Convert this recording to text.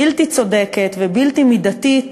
בלתי צודקת ובלתי מידתית,